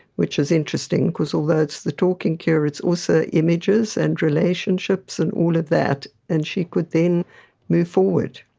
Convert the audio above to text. which is interesting, because although it's the talking cure it's also images and relationships and all of that, and she could then move forward.